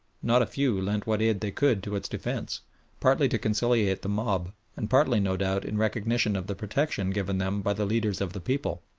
not a few lent what aid they could to its defence, partly to conciliate the mob and partly no doubt in recognition of the protection given them by the leaders of the people,